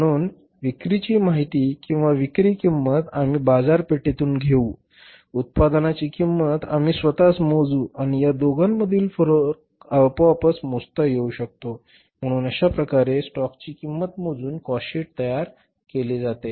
म्हणून विक्रीची माहिती किंवा विक्री किंमत आम्ही बाजारपेठेतून घेऊ उत्पादनाची किंमत आम्ही स्वतःच मोजू आणि या दोघांमधील फरक आपोआपच मोजता येऊ शकतो म्हणूनच अशाप्रकारे स्टॉकची किंमत मोजून कॉस्ट शीट तयार केले जाते